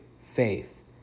faith